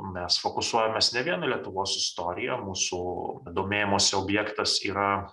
mes fokusuojamės ne vien į lietuvos istoriją mūsų domėjimosi objektas yra